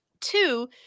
Two